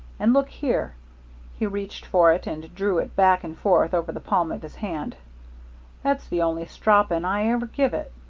and look here he reached for it and drew it back and forth over the palm of his hand that's the only stropping i ever give it.